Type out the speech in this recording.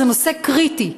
זה נושא קריטי.